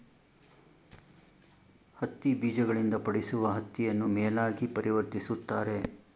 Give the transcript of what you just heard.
ಹತ್ತಿ ಬೀಜಗಳಿಂದ ಪಡಿಸುವ ಹತ್ತಿಯನ್ನು ಮೇಲಾಗಿ ಪರಿವರ್ತಿಸುತ್ತಾರೆ